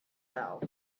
fell